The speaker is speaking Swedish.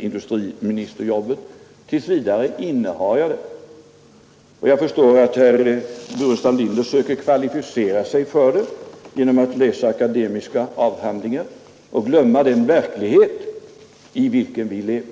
industriministerjobbet. Tills vidare innehar jag det. Jag förstår att herr Burenstam Linder försöker kvalificera sig för det genom att läsa akademiska avhandlingar. Men risken är att han glömmer den verklighet i vilken vi lever.